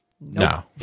No